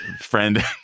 friend